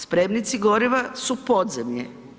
Spremnici goriva su podzemlje.